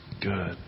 good